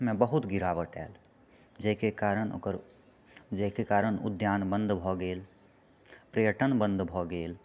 मे बहुत गिरावट आयल जाहिके कारण ओकर जाहिके कारण उद्यान बन्द भए गेल पर्यटन बन्द भए गेल